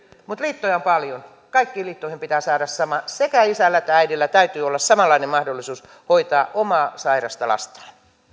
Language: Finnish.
mutta liittoja on paljon kaikkiin liittoihin pitää saada sama sekä isällä että äidillä täytyy olla samanlainen mahdollisuus hoitaa omaa sairasta lastaan